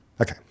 Okay